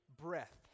breath